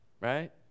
right